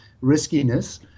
riskiness